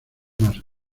más